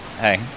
hey